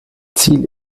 ziel